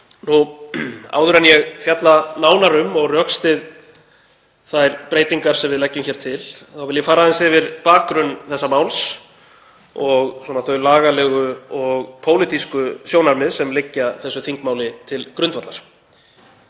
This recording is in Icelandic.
Áður en ég fjalla nánar um og rökstyð þær breytingar sem við leggjum hér til þá vil ég fara aðeins yfir bakgrunn þessa máls og þau lagalegu og pólitísku sjónarmið sem liggja þessu þingmáli til grundvallar.